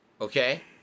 Okay